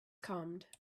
calmed